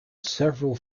several